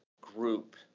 group